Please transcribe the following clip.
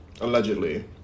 allegedly